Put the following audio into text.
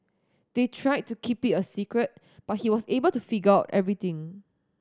they tried to keep it a secret but he was able to figure everything